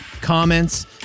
comments